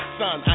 son